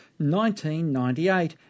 1998